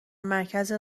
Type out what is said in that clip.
مرکز